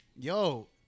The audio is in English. Yo